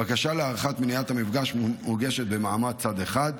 בקשה להארכת מניעת המפגש מוגשת במעמד צד אחד,